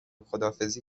خداحافظی